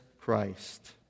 Christ